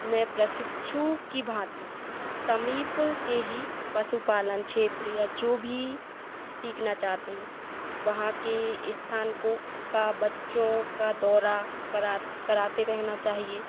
में प्रशिक्षु की भाँति समीप के ही पशुपालन क्षेत्र या जो भी सीखना चाहते हैं वहाँ के स्थान को का बच्चों का दौरा करा कराते रहना चाहिए